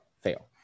fail